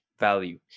Value